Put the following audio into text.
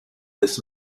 this